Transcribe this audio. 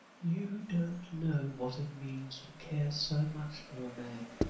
you don't know what it means to care so much for a man,